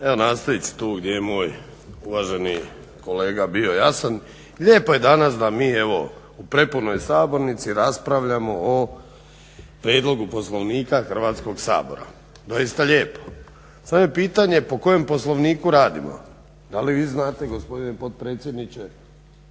Evo nastavit ću gdje je moj uvaženi kolega bio. Ja sam lijepo je danas da mi evo u prepunoj sabornici raspravljamo o Prijedlogu Poslovnika Hrvatskog sabora, doista lijepo. Samo je pitanje po kojem poslovniku radimo? Da li vi znate gospodine potpredsjedniče?